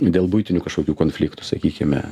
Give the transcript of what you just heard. dėl buitinių kažkokių konfliktų sakykime